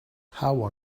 how